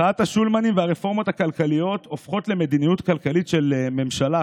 מחאת השולמנים והרפורמות הכלכליות הופכות למדיניות כלכלית של ממשלה,